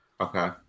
Okay